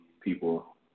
people